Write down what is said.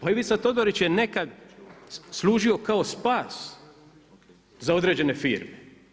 Ali Ivica Todorić je nekad služio kao spas za određene firme.